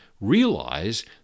realize